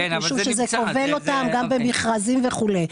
משום שזה כובל אותם גם במכרזים וכו'.